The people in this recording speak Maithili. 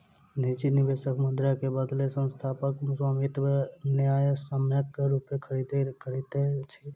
निजी निवेशक मुद्रा के बदले संस्थानक स्वामित्व न्यायसम्यक रूपेँ खरीद करैत अछि